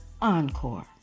encore